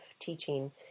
teaching